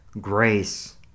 grace